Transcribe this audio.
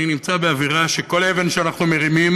אני נמצא באווירה שכל אבן שאנחנו מרימים,